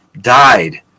died